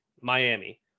Miami